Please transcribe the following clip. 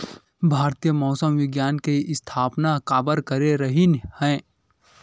भारती मौसम विज्ञान के स्थापना काबर करे रहीन है?